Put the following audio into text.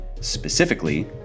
specifically